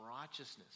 righteousness